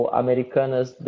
americanas